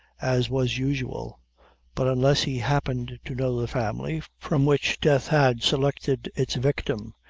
as was usual but unless he happened to know the family from which death had selected its victim,